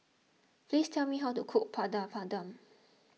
please tell me how to cook Padum Padum